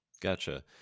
Gotcha